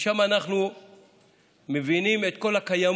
משם אנחנו מבינים את כל הקיימות.